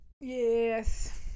Yes